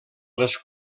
les